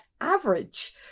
average